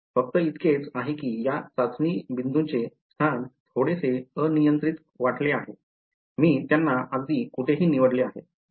फक्त इतकेच आहे की या चाचणी बिंदूंचे स्थान थोडेसे अनियंत्रित वाटले आहे मी त्यांना अगदी कुठेही निवडले आहे